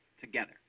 together